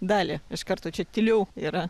dalį iš karto čia tyliau yra